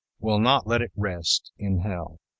will not let it rest in hell.